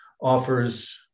offers